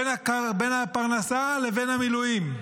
בין הפרנסה לבין המילואים.